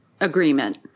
agreement